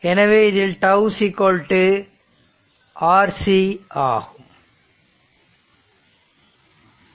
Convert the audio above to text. இதில் τ RC ஆகும்